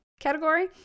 category